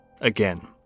again